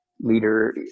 Leader